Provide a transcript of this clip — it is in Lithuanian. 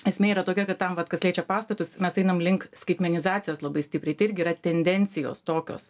esmė yra tokia kad tam vat kas liečia pastatus mes einam link skaitmenizacijos labai stipriai tai irgi yra tendencijos tokios